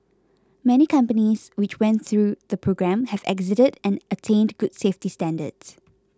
many companies which went through the programme have exited and attained good safety standards